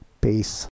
Peace